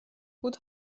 بود